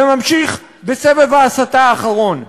וממשיך בסבב ההסתה האחרון.